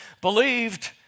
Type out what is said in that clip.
believed